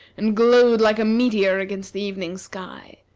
and glowed like a meteor against the evening sky.